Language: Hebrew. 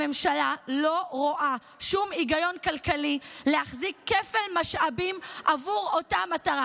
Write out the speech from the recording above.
הממשלה לא רואה שום היגיון כלכלי להחזיק כפל משאבים בעבור אותה מטרה.